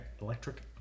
Electric